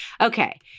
Okay